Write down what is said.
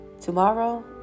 Tomorrow